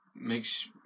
makes